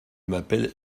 m’appelle